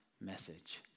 message